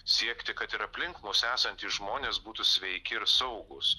siekti kad ir aplink mus esantys žmonės būtų sveiki ir saugūs